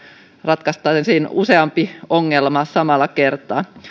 ratkaistaisiin useampi ongelma samalla kertaa